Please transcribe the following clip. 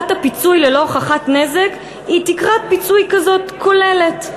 הפיצוי ללא הוכחת נזק היא תקרת פיצוי כזאת כוללת,